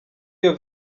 iyo